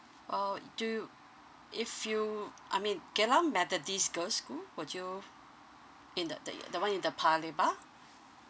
uh do you if you I mean geylang methodist girl school would you in the the i~ the one in the paya lebar